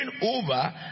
over